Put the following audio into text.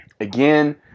again